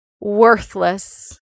worthless